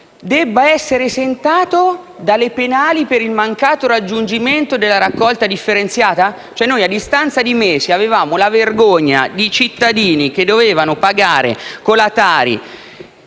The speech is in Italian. debba essere esentato dalle penali per il mancato raggiungimento dell'obiettivo di raccolta differenziata? A distanza di mesi avevamo la vergogna di cittadini che dovevano pagare, con la